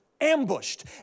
ambushed